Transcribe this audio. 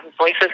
voices